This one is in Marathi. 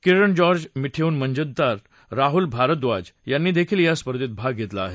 किरण जॉर्ज मिठिवून मंजुनाथ आणि राहुल भारद्वाज यांनी देखील या स्पर्धेत भाग घेतला आहे